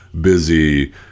busy